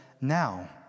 now